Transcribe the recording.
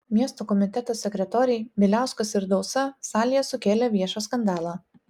miesto komiteto sekretoriai bieliauskas ir dausa salėje sukėlė viešą skandalą